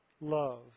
love